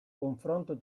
confronto